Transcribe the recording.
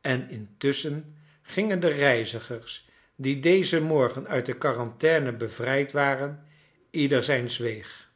en intusschen gingen de reizigers die dezen mrgen uit de quarantaine bevrijd waren ieder zijns weegs